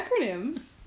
acronyms